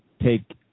take